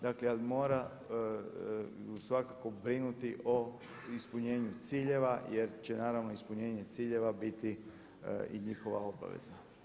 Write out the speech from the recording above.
Dakle, ali mora svakako brinuti o ispunjenju ciljeva jer će naravno ispunjenje ciljeva biti i njihova obaveza.